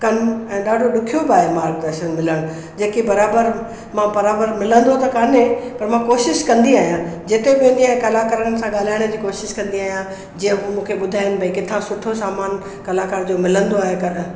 कनि ऐं ॾाढो ॾुखियो बि आहे मार्गदर्शन मिलण जेके बराबरि मां बराबरि मिलंदो त काने पर मां कोशिशि कंदी आहियां जिते बि वेंदी आहियां कलाकारनि सां ॻाल्हाइण जी कोशिशि कंदी आहियां जीअं उहो मूंखे ॿुधाइनि भई किथां सुठो सामान कलाकार जो मिलंदो आहे कर